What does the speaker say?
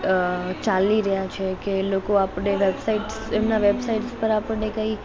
અ ચાલી રહ્યાં છે કે લોકો આપણે વેબસાઇટ્સ એમનાં વેબસાઇટ્સ પર આપણે કંઈ